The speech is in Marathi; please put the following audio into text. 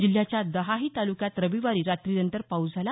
जिल्ह्याच्या दहाही तालुक्यात रविवारी रात्रीनंतर पाऊस झाला